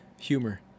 humor